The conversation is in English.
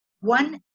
One